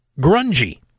Grungy